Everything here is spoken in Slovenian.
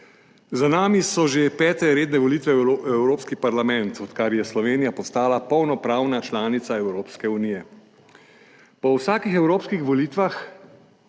Za nami so že pete redne volitve v Evropski parlament, odkar je Slovenija postala polnopravna članica Evropske unije. Po vsakih evropskih volitvah